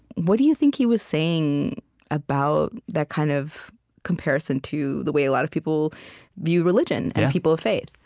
what do you think he was saying about that kind of comparison to the way a lot of people view religion and people of faith?